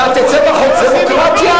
קשה לך להבין מה זה דמוקרטיה?